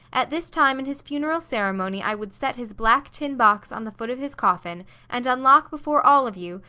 at this time in his funeral ceremony i would set his black tin box on the foot of his coffin and unlock before all of you,